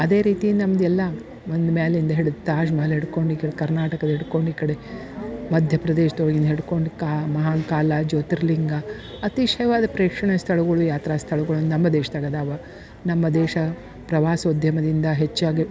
ಅದೇ ರೀತಿ ನಮ್ದೆಲ್ಲಾ ಒಂದು ಮೇಲಿಂದ್ ಹಿಡ್ದು ತಾಜ್ಮಹಲ್ ಹಿಡ್ಕೊಂಡು ಈ ಕಡೆ ಕರ್ನಾಟಕದಲ್ಲಿ ಹಿಡ್ಕೊಂಡು ಈಕಡೆ ಮಧ್ಯಪ್ರದೇಶದೊಳಗಿನ ಹಿಡ್ಕೊಂಡು ಮಹಾಕಾಲ ಜ್ಯೋತಿರ್ಲಿಂಗ ಅತಿಶಯವಾದ ಪ್ರೇಕ್ಷಣೀಯ ಸ್ಥಳಗಳು ಯಾತ್ರಾ ಸ್ಥಳಗಳು ನಮ್ಮ ದೇಶದಾಗ ಅದಾವ ನಮ್ಮ ದೇಶ ಪ್ರವಾಸೋದ್ಯಮದಿಂದ ಹೆಚ್ಚಾಗಿ